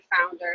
founder